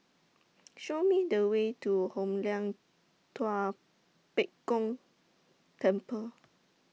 Show Me The Way to Hoon Lam Tua Pek Kong Temple